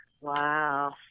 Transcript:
wow